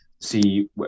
see